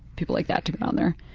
people like that to go down there.